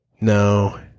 No